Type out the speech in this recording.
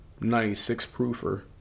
96-proofer